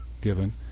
given